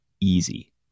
easy